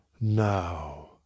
Now